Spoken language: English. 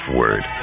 word